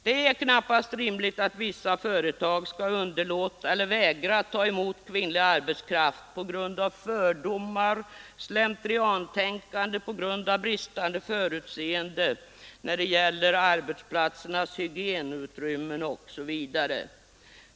Det är knappast rimligt att vissa företag skall vägra att ta emot kvinnlig arbetskraft på grund av fördomar, på grund av slentriantänkande, på grund av bristande förutseende när det gäller arbetsplatsernas hygienutrymmen osv.